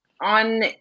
on